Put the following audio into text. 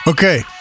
Okay